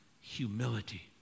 humility